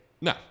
No